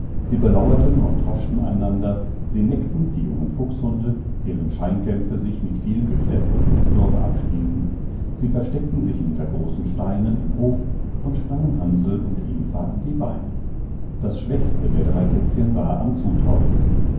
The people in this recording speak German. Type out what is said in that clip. sie belauerten und haschten einander sie neckten die jungen fuchshunde deren scheinkämpfe sich mit viel gekläff und geknurr abspielten sie versteckten sich hinter großen steinen im hof und sprangen hansl und eva an die beine das schwächste der drei kätzchen war am zutraulichsten